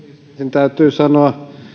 täytyy sanoa